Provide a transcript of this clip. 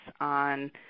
on